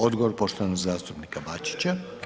Odgovor poštovanog zastupnika Bačića.